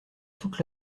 toute